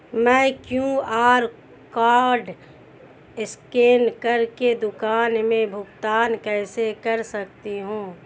मैं QR code scan कर के दुकान में भुगतान कैसे कर सकती हूँ?